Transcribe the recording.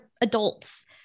adults